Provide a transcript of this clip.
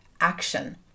action